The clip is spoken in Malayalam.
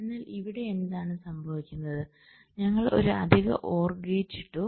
എന്നാൽ ഇവിടെ എന്താണ് സംഭവിക്കുന്നത് ഞങ്ങൾ ഒരു അധിക OR ഗേറ്റ് ഇട്ടു